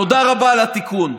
תודה רבה על התיקון.